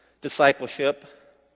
discipleship